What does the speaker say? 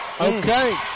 Okay